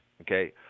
okay